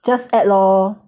just add lor